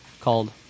called